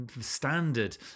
standard